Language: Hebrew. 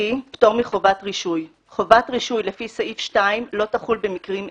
פטור מחובת רישוי 2א. חובת רישוי לפי סעיף 2 לא תחול במקרים אלה,